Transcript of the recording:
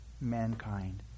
mankind